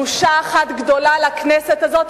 בושה אחת גדולה לכנסת הזאת,